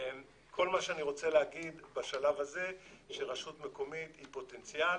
כל מה שאני רוצה להגיד בשלב הזה הוא שרשות מקומית היא פוטנציאל